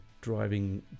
driving